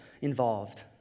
involved